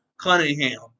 Cunningham